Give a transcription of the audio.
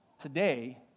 today